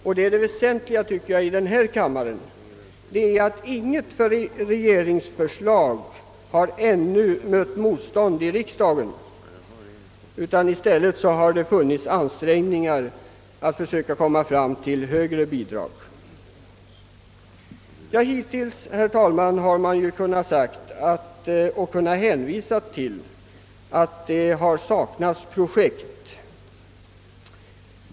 Och det väsentliga i denna fråga, tycker jag, är att inget regeringsförslag ännu mött motstånd i riksdagen, utan i stället har det gjorts ansträngningar att försöka komma fram till högre bidrag. Hittills, herr talman, har man kunnat säga och hänvisa till att det saknats projekt.